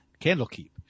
Candlekeep